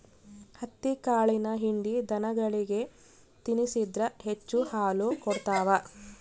ಹತ್ತಿಕಾಳಿನ ಹಿಂಡಿ ದನಗಳಿಗೆ ತಿನ್ನಿಸಿದ್ರ ಹೆಚ್ಚು ಹಾಲು ಕೊಡ್ತಾವ